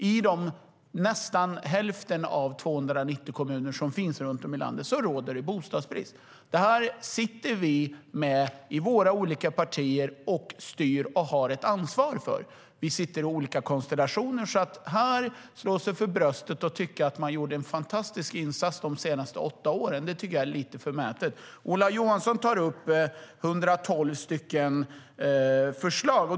I nästan hälften av landets 290 kommuner råder det bostadsbrist. Detta sitter vi med i våra olika partier och styr och har ansvar för. Vi sitter i olika konstellationer. Att här slå sig för bröstet och tycka att man gjorde en fantastisk insats de senaste åtta åren tycker jag är lite förmätet. Ola Johansson tar upp 112 förslag.